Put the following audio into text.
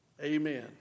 Amen